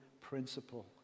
principle